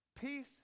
Peace